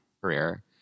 career